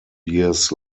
years